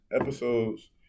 episodes